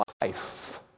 life